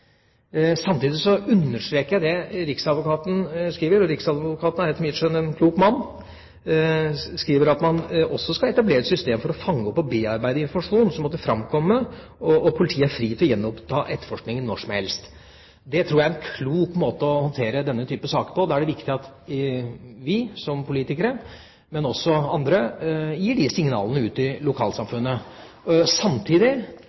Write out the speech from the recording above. Samtidig understreker jeg det riksadvokaten skriver, og riksadvokaten er etter mitt skjønn en klok mann. Han skriver at det også skal «etableres et system for å fange opp og bearbeide informasjon som måtte fremkomme og politiet er fri til å gjenoppta etterforskning når som helst». Det tror jeg er en klok måte å håndtere denne typen saker på. Da er det viktig at vi som politikere, men også andre gir de signalene ut i lokalsamfunnet, samtidig